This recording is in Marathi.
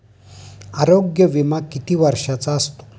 आरोग्य विमा किती वर्षांचा असतो?